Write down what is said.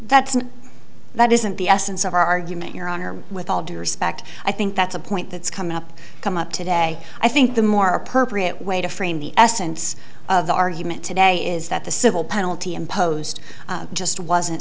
that that isn't the essence of our argument your honor with all due respect i think that's a point that's come up come up today i think the more appropriate way to frame the essence of the argument today is that the civil penalty imposed just wasn't